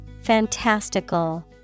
Fantastical